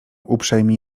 uprzejmi